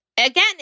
Again